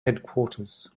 headquarters